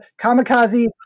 kamikaze